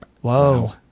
Whoa